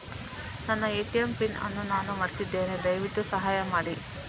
ನನ್ನ ATM pin ಅನ್ನು ನಾನು ಮರ್ತಿದ್ಧೇನೆ, ದಯವಿಟ್ಟು ಸಹಾಯ ಮಾಡಿ